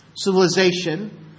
Civilization